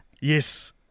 Yes